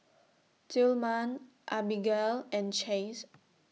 Tillman Abigale and Chace